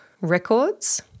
records